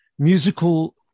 musical